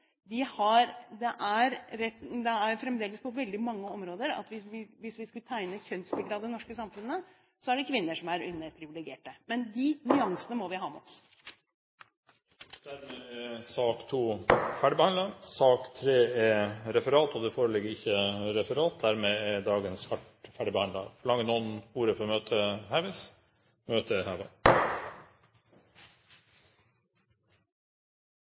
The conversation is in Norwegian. Det er fremdeles på veldig mange områder sånn at hvis vi skulle tegne kjønnsbildet av det norske samfunnet, så er det kvinner som er underprivilegerte. Men de nyansene må vi ha med oss. Dermed er sak nr. 2 ferdigbehandlet. Det foreligger ikke noe referat. Dermed er dagens kart ferdigbehandlet. Forlanger noen ordet før møtet heves? – Møtet er